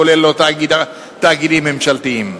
כולל לא תאגידים ממשלתיים.